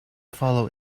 follow